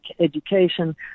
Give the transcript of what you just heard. education